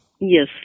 Yes